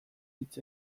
hitz